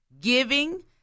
giving